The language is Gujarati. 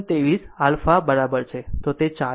9 છે કારણ કે જો 1013